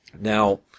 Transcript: Now